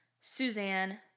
Suzanne